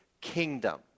kingdom